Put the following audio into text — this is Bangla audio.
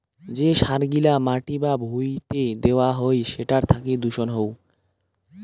যে সার গিলা মাটি বা ভুঁইতে দেওয়া হই সেটার থাকি দূষণ হউ